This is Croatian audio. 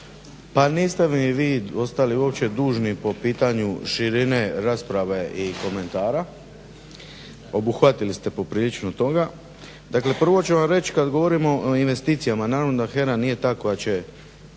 Pa niste mi vi ostali uopće dužni po pitanju širine rasprave i komentara. Obuhvatili ste poprilično toga. Dakle prvo ću vam reći kada govorimo o investicijama, naravno da HERA nije ta koja će